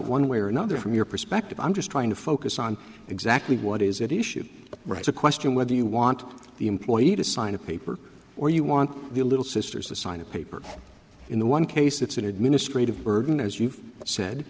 one way or another from your perspective i'm just trying to focus on exactly what is at issue right a question whether you why want the employee to sign a paper or you want the little sisters to sign a paper in the one case it's an administrative burden as you said